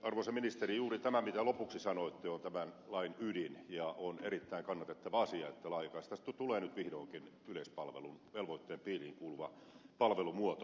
arvoisa ministeri juuri tämä mitä lopuksi sanoitte on tämän lain ydin ja on erittäin kannatettava asia että laajakaistasta tulee nyt vihdoinkin yleispalvelun velvoitteen piiriin kuuluva palvelumuoto